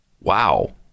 Wow